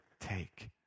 take